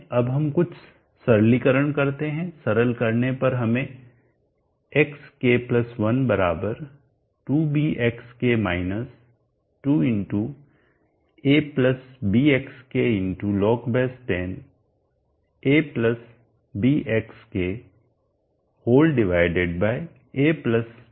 अब हम कुछ सरलीकरण करते हैं सरल करने पर हमें xk1 2bxk 2abxk log10 abxk abxk2b मिलता है